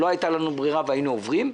שלא היתה לנו ברירה והיינו עוברים.